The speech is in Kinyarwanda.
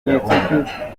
gahunda